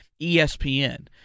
ESPN